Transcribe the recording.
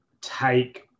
take